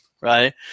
right